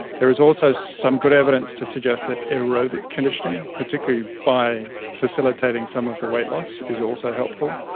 there is also some good evidence to suggest that aerobic conditioning, particularly by facilitating some of the weight loss, is also helpful.